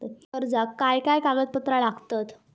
कर्जाक काय काय कागदपत्रा लागतत?